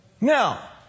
Now